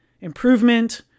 improvement